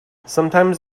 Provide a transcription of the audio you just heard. sometimes